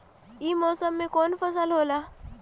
ई मौसम में कवन फसल होला?